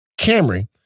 Camry